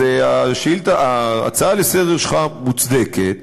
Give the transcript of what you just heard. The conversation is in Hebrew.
אז ההצעה שלך לסדר-היום מוצדקת,